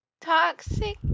Toxic